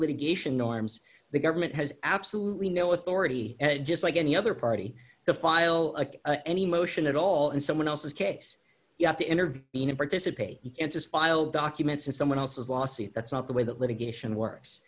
litigation norms the government has absolutely no authority just like any other party to file any motion at all in someone else's case you have to intervene and participate the interest filed documents in someone else's lawsuit that's not the way that litigation works